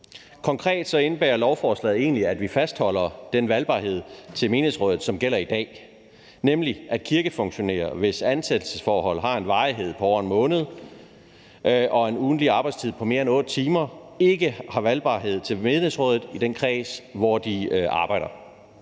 Konkret indebærer lovforslaget, at vi fastholder den valgbarhed til menighedsrådet, som gælder i dag, nemlig at kirkefunktionærer, hvis ansættelsesforhold har en varighed på over 1 måned og en ugentlig arbejdstid på mere end 8 timer, ikke har valgbarhed til menighedsrådet i den kreds, hvor de arbejder.